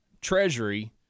Treasury